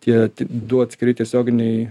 tie du atskiri tiesioginiai